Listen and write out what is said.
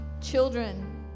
children